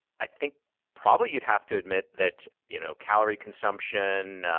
i think probably you'd have to admit that, you know, calorie consumption,